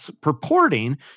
purporting